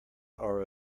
are